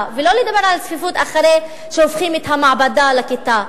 ולא לדבר על הצפיפות אחרי שהופכים את המעבדה לכיתה.